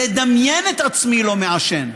לדמיין את עצמי לא מעשן.